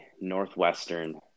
Northwestern